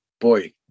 Boy